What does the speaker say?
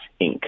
Inc